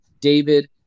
David